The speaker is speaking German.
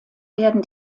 werden